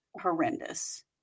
horrendous